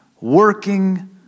working